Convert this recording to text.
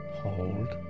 hold